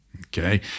Okay